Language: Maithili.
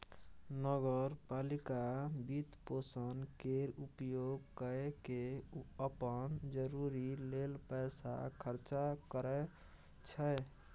नगर पालिका वित्तपोषण केर उपयोग कय केँ अप्पन जरूरी लेल पैसा खर्चा करै छै